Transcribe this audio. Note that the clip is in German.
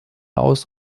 aus